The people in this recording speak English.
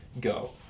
go